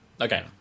Okay